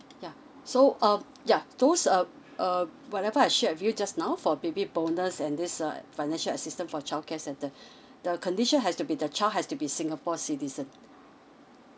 yeah so um yeah those err err whatever I shared with you just now for baby bonus and this err financial assistance for childcare centre the condition has to be the child has to be singapore citizen